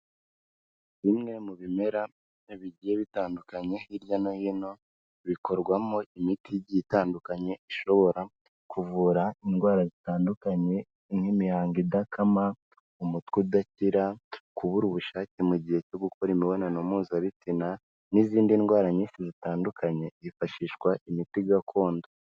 Bimwe mu bimera bigiye bitandukanye hirya no hino, bikorwamo imiti igiye itandukanye ishobora kuvura indwara zitandukanye, nk'imihango idakama, umutwe udakira, kubura ubushake mu gihe cyo gukora imibonano mpuzabitsina n'izindi ndwara nyinshi zitandukanye, hifashishwa imiti gakondo.